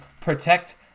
protect